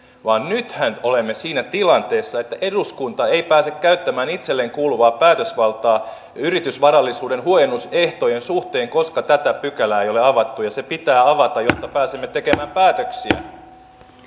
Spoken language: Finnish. vaan nythän olemme siinä tilanteessa että eduskunta ei pääse käyttämään itselleen kuuluvaa päätösvaltaa yritysvarallisuuden huojennusehtojen suhteen koska tätä pykälää ei ole avattu ja se pitää avata jotta pääsemme tekemään päätöksiä